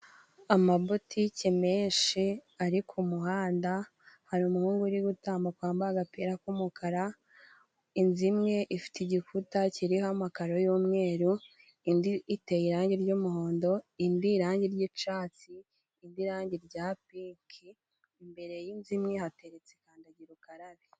Amabotike menshi ari ku muhanda, hari umuhungu uri gutambuka yambaye agapira k'umukara. Inzu imwe ifite igikuta kiriho amakaro y'umweru indi iteye irangi ry'umuhondo indi irangi ry'icyatsi indi irangi rya pinki, imbere y'inzu imwe hateretse ikandagira ukarabe.